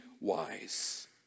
wise